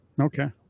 Okay